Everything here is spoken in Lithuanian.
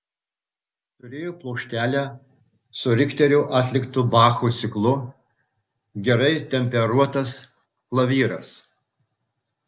turėjo plokštelę su richterio atliktu bacho ciklu gerai temperuotas klavyras